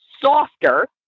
softer